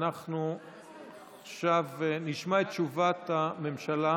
ואנחנו עכשיו נשמע את תשובת הממשלה